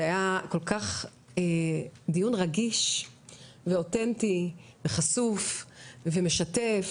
זה היה כל כך דיון רגיש ואותנטי וחשוף ומשתף